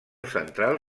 central